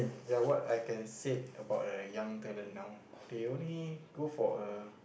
ya what I can said about a young talent now they only go for a